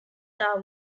are